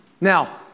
Now